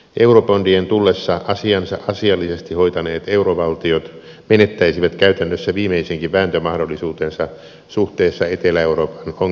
eurobondien tullessa asiansa asiallisesti hoitaneet eurovaltiot menettäisivät käytännössä viimeisenkin vääntömahdollisuutensa suhteessa etelä euroopan ongelmamaihin